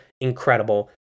incredible